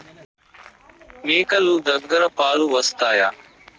మేక లు దగ్గర పాలు వస్తాయా?